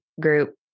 group